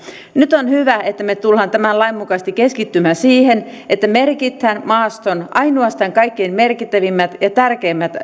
nyt on hyvä että me tulemme tämän lain mukaisesti keskittymään siihen että merkitään maastoon ainoastaan kaikkein merkittävimmät ja tärkeimmät